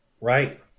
Right